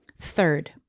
Third